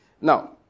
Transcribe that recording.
Now